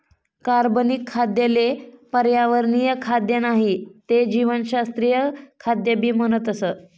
कार्बनिक खाद्य ले पर्यावरणीय खाद्य नाही ते जीवशास्त्रीय खाद्य भी म्हणतस